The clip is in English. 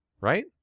right